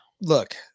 Look